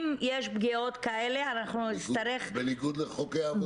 אם יש פגיעות כאלה אנחנו נצטרך --- זה בניגוד לחוקי העבודה.